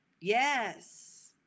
yes